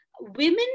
women